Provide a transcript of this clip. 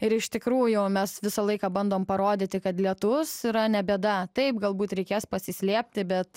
ir iš tikrųjų mes visą laiką bandom parodyti kad lietus yra ne bėda taip galbūt reikės pasislėpti bet